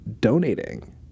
donating